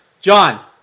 John